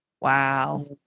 Wow